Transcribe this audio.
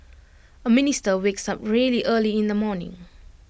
A minister wakes up really early in the morning